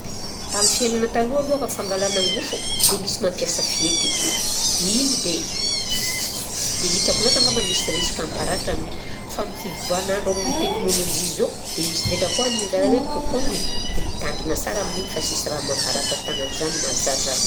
Tamin'ny fiaignana taloha alohaka fangalana angofo dia misy mampiasa fihety, igny dia s- sy dia hitako loatra angamba misy risque hamparatra amin'iny fa am'fiovan'andro amin'ny teknôlôzia zao dia misy ndraika koa ny an'zareo hoe coupe ongle dia mitandrina sara amin'igny fa sisy raha mamparatra tagnana zany na zaza aza.